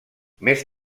més